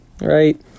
right